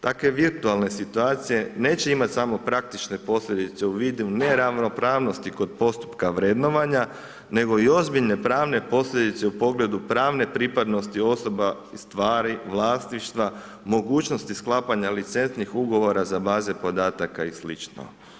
Takve virtualne situacije neće imati samo praktične posljedice u vidu neravnopravnosti kod postupka vrednovanja nego i ozbiljne pravne posljedice u pogledu pravne pripadnosti osoba, stvari, vlasništva, mogućnosti sklapanja licentnih ugovora za baze podataka i slično.